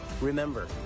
Remember